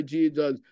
Jesus